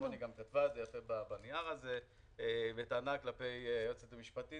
היא גם כתבה את זה בנייר הזה - טענה כלפי היועצת המשפטית,